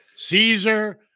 Caesar